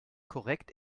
korrekt